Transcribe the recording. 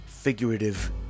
figurative